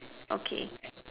okay